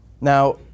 Now